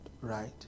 right